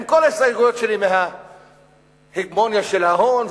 עם כל ההסתייגויות שלי מההגמוניה של ההון,